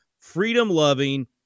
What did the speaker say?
freedom-loving